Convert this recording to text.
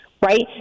Right